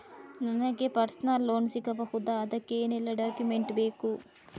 ನನಗೆ personal loan ಸಿಗಬಹುದ ಅದಕ್ಕೆ ಏನೆಲ್ಲ ಡಾಕ್ಯುಮೆಂಟ್ ಬೇಕು?